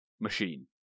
machine